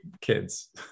kids